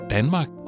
Danmark